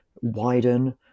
widen